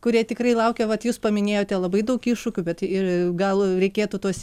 kurie tikrai laukia vat jūs paminėjote labai daug iššūkių bet ir gal reikėtų tuos